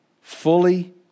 fully